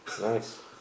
Nice